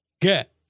Get